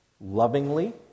lovingly